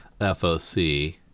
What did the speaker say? FOC